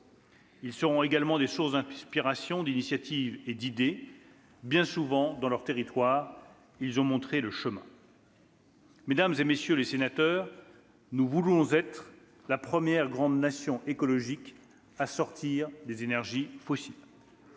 Ils seront également des sources d'inspiration, d'initiatives et d'idées. Bien souvent, dans leurs territoires, ils ont montré le chemin. « Mesdames, messieurs les sénateurs, nous voulons être la première grande nation écologique à sortir des énergies fossiles.